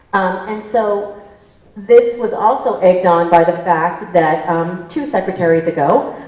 and so this was also egged on by the fact that two secretaries ago,